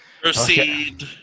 Proceed